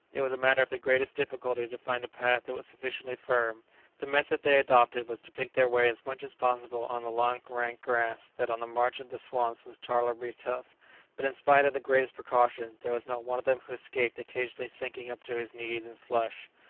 it was a matter of the greatest difficulty to find a path that was sufficiently firm the method they adopted was to pick their way as much as possible on the long rank grass that on the margin of the swamps was tolerably tough but in spite of the greatest precaution, there was not one of them who escaped occasionally sinking up to his knees in slush.